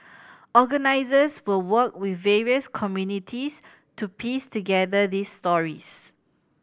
organisers will work with various communities to piece together these stories